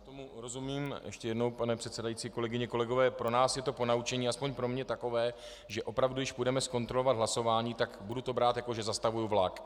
Já tomu rozumím, ještě jednou, pane předsedající, kolegyně, kolegové, pro nás je to ponaučení, aspoň pro mě, takové, že opravdu když půjdeme zkontrolovat hlasování, tak budu to brát, jako že zastavuji vlak.